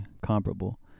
comparable